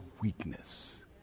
weakness